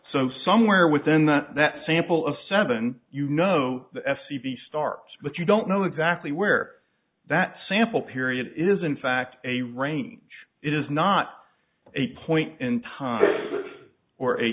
so somewhere within that that sample of seven you know the s t v starts but you don't know exactly where that sample period is in fact a range it is not a point in time or a